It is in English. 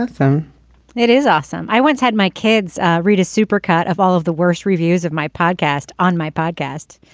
awesome it is awesome. i once had my kids read a supercar of all of the worst reviews of my podcast on my podcast.